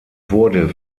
wurde